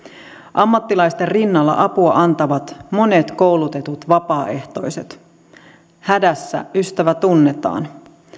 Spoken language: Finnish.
ammattilaisten rinnalla apua antavat monet koulutetut vapaaehtoiset hädässä ystävä tunnetaan